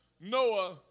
Noah